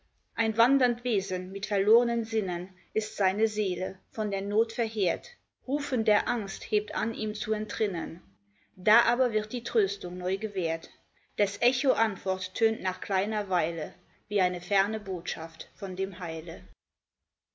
ein wandernd wesen mit verlornen sinnen ist seine seele von der not verheert rufen der angst hebt an ihm zu entrinnen da aber wird die tröstung neu gewährt des echo antwort tönt nach kleiner weile wie eine ferne botschaft von dem heile